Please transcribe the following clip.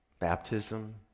baptism